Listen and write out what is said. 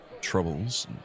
troubles